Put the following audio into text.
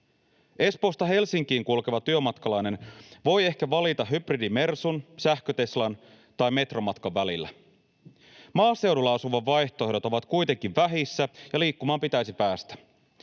Espoosta Helsinkiin kulkeva työmatkalainen voi ehkä valita hybridi-Mersun, sähkö-Teslan tai metromatkan välillä. Maaseudulla asuvan vaihtoehdot ovat kuitenkin vähissä, ja liikkumaan pitäisi päästä.